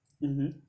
mmhmm